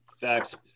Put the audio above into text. Facts